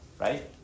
right